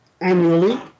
annually